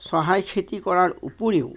চহাই খেতি কৰাৰ উপৰিও